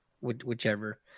whichever